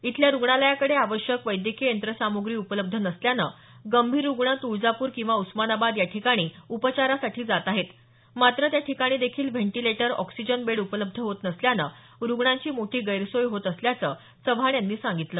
इथल्या रूग्णालयाकडे आवश्यक वैद्यकीय यंत्रसामुग्री उपलब्ध नसल्यानं गंभीर रूग्ण तुळजापूर किंवा उस्मानाबाद याठिकाणी उपचारासाठी जात आहेत मात्र त्याठिकाणी देखील व्हेंटिलेटर ऑक्सिजन बेड उपलब्ध होत नसल्यानं रूग्णांची मोठी गैरसोय होत असल्याचं चव्हाण यांनी सांगितलं